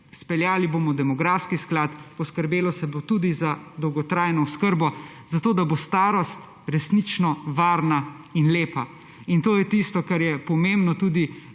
Izpeljali bomo demografski sklad, poskrbelo se bo tudi za dolgotrajno oskrbo zato, da bo starost resnično varna in lepa. In to je tisto, kar je pomembno, je tudi